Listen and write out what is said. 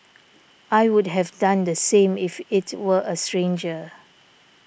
I would have done the same if it were a stranger